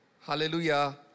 Hallelujah